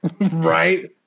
right